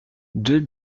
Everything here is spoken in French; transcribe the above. deux